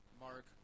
Mark